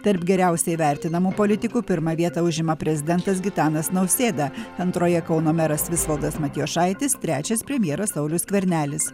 tarp geriausiai vertinamų politikų pirmą vietą užima prezidentas gitanas nausėda antroje kauno meras visvaldas matijošaitis trečias premjeras saulius skvernelis